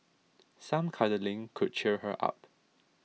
some cuddling could cheer her up